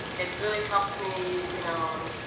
it's really helped me, you know,